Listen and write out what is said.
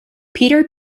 peter